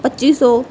ਪੱਚੀ ਸੌ